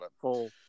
full